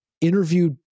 interviewed